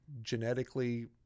genetically